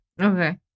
Okay